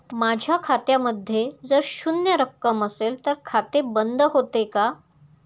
माझ्या खात्यामध्ये जर शून्य रक्कम असेल तर खाते बंद होते का?